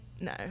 no